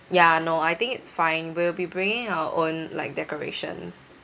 ya no I think it's fine we'll be bringing our own like decorations